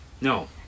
No